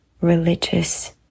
religious